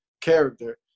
character